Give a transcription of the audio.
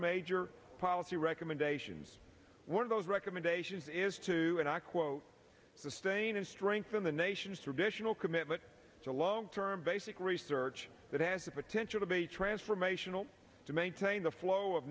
major policy recommendations one of those recommendations is to and i quote sustain and strengthen the nation's tradition no commitment to loan term basic research that has the potential to be transformational to maintain the flow of